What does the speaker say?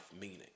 meaning